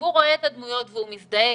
שהציבור רואה את הדמויות והוא מזדהה.